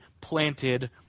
planted